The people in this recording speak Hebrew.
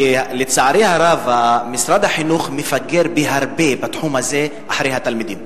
לצערי הרב משרד החינוך מפגר בהרבה בתחום הזה אחרי התלמידים.